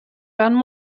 werden